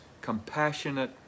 compassionate